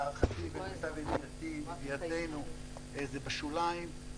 להערכתי ולמיטב ידיעתנו זה בשוליים.